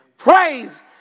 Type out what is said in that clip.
Praise